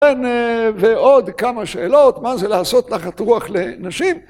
כן, ועוד כמה שאלות. מה זה לעשות נחת רוח לנשים?